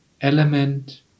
element